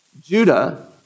Judah